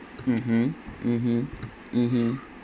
mmhmm mmhmm mmhmm